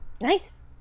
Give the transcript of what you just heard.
nice